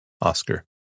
Oscar